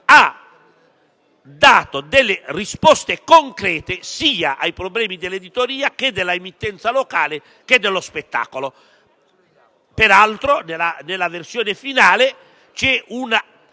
ha dato delle risposte concrete sia ai problemi dell'editoria, che dell'emittenza locale, che dello spettacolo. Peraltro, nella versione finale, vi è un